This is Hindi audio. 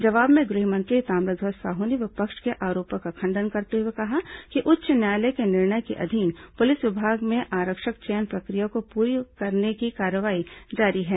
जवाब में गृह मंत्री ताम्रध्वज साहू ने विपक्ष के आरोपों का खंडन करते हुए कहा कि उच्च न्यायालय के निर्णय के अधीन पुलिस विभाग में आरक्षक चयन प्रक्रिया को पूरी करने की कार्रवाई जारी है